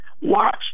Watch